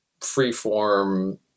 freeform